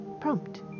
Prompt